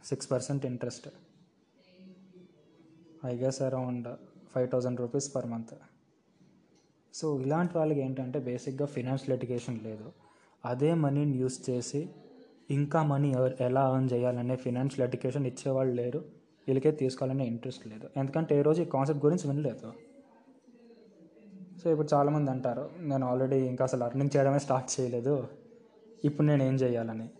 6% interest I guess around five thousand rupees per month so ఇలాంటి వాళ్ళకి ఏంటంటే basicallyగా financial education లేదు అదే moneyని use చేసి ఇంకా money ఎవరు ఎలా earn చేయాలనే financial education ఇచ్చేవాళ్ళు లేరు వీళ్ళకే తీసుకోవాలనే interest లేదు ఎందుకంటే ఏ రోజు ఈ concept గురించి వినలేదు so ఇప్పుడు చాలామంది అంటారు నేను already ఇంకా అసలు earning చేయడమే start చేయలేదు ఇప్పుడు నేను ఏం చేయాలని